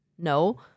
No